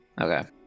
Okay